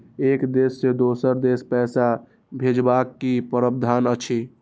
एक देश से दोसर देश पैसा भैजबाक कि प्रावधान अछि??